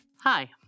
Hi